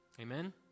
amen